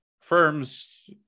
firms